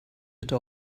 bitte